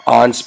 on